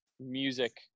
music